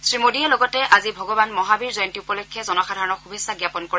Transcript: শ্ৰীমোদীয়ে লগতে আজি ভগৱান মহাবীৰ জয়ন্তী উপলক্ষে জনসাধাৰণক শুভেচ্ছা জাপন কৰে